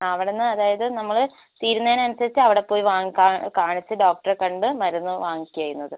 ആ അവിടെ നിന്ന് അതായത് നമ്മൾ തീരുന്നതിന് അനുസരിച്ച് അവിടെ പോയി വാങ്ങി കാണിച്ച് ഡോക്ടറെ കണ്ട് മരുന്ന് വാങ്ങിക്കുകയാണ് ചെയ്യുന്നത്